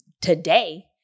today